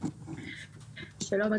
שלום,